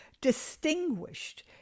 distinguished